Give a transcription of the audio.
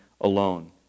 alone